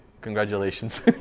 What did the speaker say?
congratulations